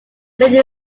building